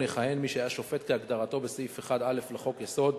יכהן מי שהיה שופט כהגדרתו בסעיף 1(א) לחוק-יסוד: